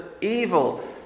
evil